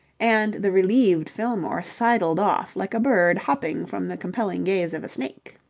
and the relieved fillmore sidled off like a bird hopping from the compelling gaze of a snake.